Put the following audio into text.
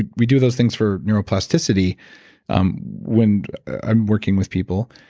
ah we do those things for neuroplasticity um when i'm working with people,